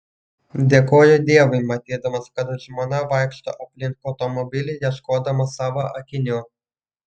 dėkojau dievui matydamas kad žmona vaikšto aplink automobilį ieškodama savo akinių